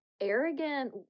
arrogant